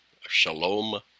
shalom